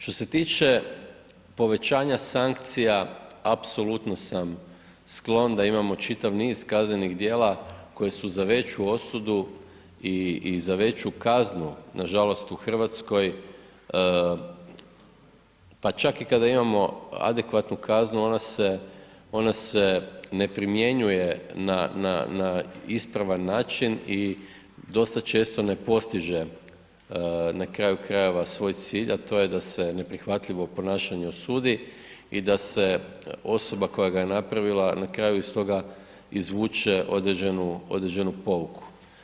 Što se tiče povećanja sankcija apsolutno sam sklon da imamo čitav niz kaznenih djela koje su za veću osudu i za veću kaznu, nažalost u RH, pa čak i kada imamo adekvatnu kaznu, ona se, ona se ne primjenjuje na, na, na ispravan način i dosta često ne postiže na kraju krajeva svoj cilj, a to je da se neprihvatljivo ponašanje osudi i da se osoba koja ga je napravila na kraju iz toga izvuče određenu, određenu pouku.